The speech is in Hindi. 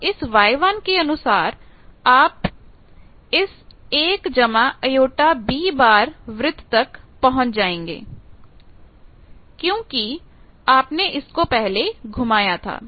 तो इस Y1 के अनुसार आप अपने आप इस 1jB वृत्त पर पहुंच जाएंगे क्योंकि आपने इसको पहले घुमाया था